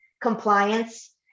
compliance